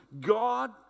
God